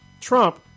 Trump